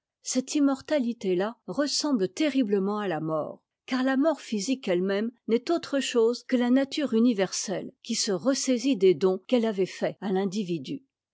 cette im norta ité à ressemble terriblement à la mort car la mort physique eue même n'est autre chose que la nature universelle qui se ressaisit des dons qu'elle avait faits à l'individu